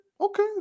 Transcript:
okay